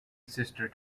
sister